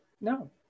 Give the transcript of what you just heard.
no